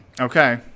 Okay